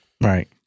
Right